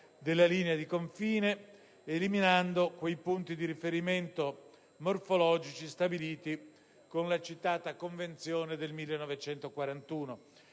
della linea di confine eliminando i punti di riferimento morfologici stabiliti con la citata Convenzione del 1941.